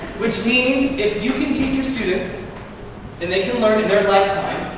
which means, if you can your students and they can learn in their lifetime,